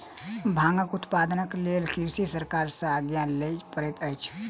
भांगक उत्पादनक लेल कृषक सरकार सॅ आज्ञा लिअ पड़ैत अछि